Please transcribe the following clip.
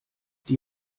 die